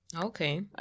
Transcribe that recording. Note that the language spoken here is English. Okay